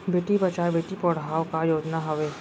बेटी बचाओ बेटी पढ़ाओ का योजना हवे?